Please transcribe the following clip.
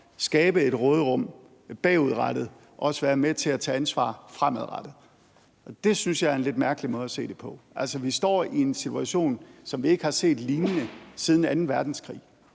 skabe et råderum bagudrettet, også være med til at tage ansvar fremadrettet, og det synes jeg er en lidt mærkelig måde at se det på. Altså, vi står i en situation, som vi ikke har set lignende siden anden verdenskrig,